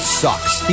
sucks